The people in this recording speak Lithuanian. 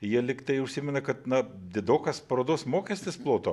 jie lyg tai užsimena kad na didokas parodos mokestis ploto